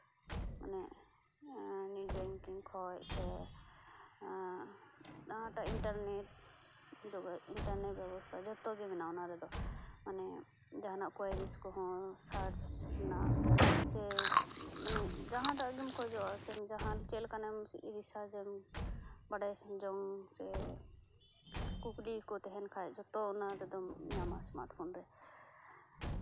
ᱢᱟᱱᱮ net banking ᱠᱷᱚᱡ ᱥᱮ ᱱᱟᱣᱟᱴᱟᱜ ᱤᱱᱴᱟᱨᱱᱮᱴ ᱤᱱᱴᱟᱨᱱᱮᱴ ᱵᱮᱵᱚᱥᱛᱟ ᱡᱚᱛᱚ ᱜᱮ ᱢᱟᱱᱟᱜᱼᱟ ᱚᱱᱟᱨᱮᱫᱚ ᱢᱟᱱᱮ ᱡᱟᱦᱟᱱᱟᱜ ᱠᱚᱭᱨᱤᱪ ᱠᱚᱦᱚᱸ ᱥᱟᱨᱪ ᱨᱮᱱᱟᱜ ᱥᱮ ᱢᱟᱱᱮ ᱡᱟᱦᱟᱸᱴᱟᱜ ᱜᱮᱢ ᱠᱷᱚᱡᱚᱜᱼᱟ ᱥᱮ ᱪᱮᱫ ᱞᱮᱠᱟᱱᱟᱜ ᱮᱢ ᱥᱟᱨᱪᱟᱢ ᱵᱟᱰᱟᱭ ᱡᱚᱝ ᱥᱮ ᱠᱩᱠᱞᱤ ᱠᱩᱡ ᱛᱟᱦᱮᱱ ᱠᱷᱟᱡ ᱡᱷᱚᱛᱚ ᱚᱱᱟ ᱨᱮᱫᱚᱢ ᱧᱟᱢᱟ ᱥᱢᱟᱨᱴ ᱯᱷᱳᱱ ᱨᱮ